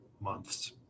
months